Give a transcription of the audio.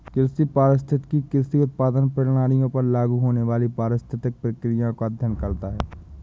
कृषि पारिस्थितिकी कृषि उत्पादन प्रणालियों पर लागू होने वाली पारिस्थितिक प्रक्रियाओं का अध्ययन करता है